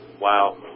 Wow